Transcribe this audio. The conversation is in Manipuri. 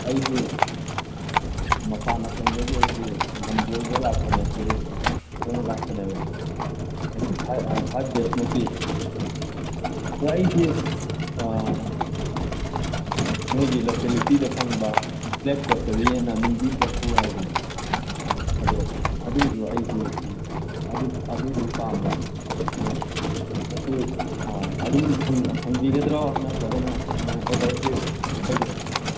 ꯑꯩꯁꯦ ꯃꯄꯥꯟ ꯑꯁꯣꯝꯗꯒꯤ ꯑꯩꯁꯦ ꯂꯝꯀꯣꯏꯕ ꯂꯥꯛꯄꯅꯦ ꯇꯨꯔꯤꯁ ꯑꯣꯏꯅ ꯂꯥꯛꯄꯅꯦꯕ ꯑꯩꯁꯤ ꯐꯥꯏꯚ ꯐꯥꯏꯚ ꯗꯦꯁꯃꯨꯛꯀꯤ ꯑꯗꯣ ꯑꯩꯁꯦ ꯅꯣꯏꯒꯤ ꯂꯣꯀꯦꯂꯤꯇꯤꯗ ꯐꯪꯕ ꯕ꯭ꯂꯦꯛ ꯄꯣꯇꯔꯤꯅ ꯅꯨꯡꯕꯤ ꯆꯐꯨ ꯍꯥꯏꯕꯗꯣ ꯑꯗꯣ ꯑꯗꯨꯗꯨ ꯑꯩꯁꯤ ꯑꯗꯨꯗꯨ ꯄꯥꯝꯕ ꯑꯗꯨ ꯃꯁꯤ ꯑꯗꯨꯝ ꯐꯪꯕꯤꯒꯗ꯭ꯔꯣ ꯅꯠꯇ꯭ꯔꯒꯅ ꯀꯃꯥꯏꯅ ꯑꯣꯔꯗꯔꯁꯤ